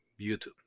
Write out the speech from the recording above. YouTube